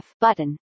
button